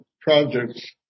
projects